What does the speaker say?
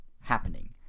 happening